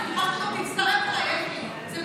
אני רק מסבירה, אני בטוחה שגם תצטרף אליי, אלקין.